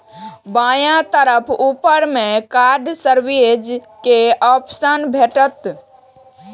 बायां तरफ ऊपर मे कार्ड सर्विसेज के ऑप्शन भेटत